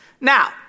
Now